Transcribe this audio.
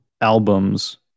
albums